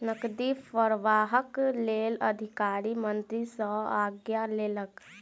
नकदी प्रवाहक लेल अधिकारी मंत्री सॅ आज्ञा लेलक